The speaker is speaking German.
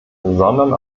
sondern